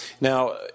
Now